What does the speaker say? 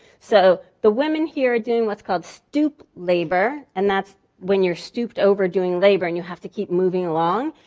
so the women here are doing what's called stoop labor and that's when you're stooped over doing labor and you have to keep moving along.